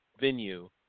venue